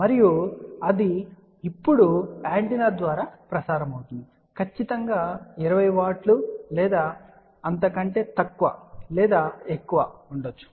మరియు అది ఇప్పుడు యాంటెన్నా ద్వారా ప్రసారం అవుతోంది ఖచ్చితంగా 20 వాట్ల లేదా అది అంతకంటే తక్కువ లేదా ఎక్కువ ఉండ వచ్చు